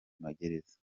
magereza